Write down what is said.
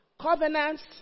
Covenants